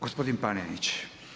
Gospodin Panenić.